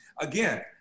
Again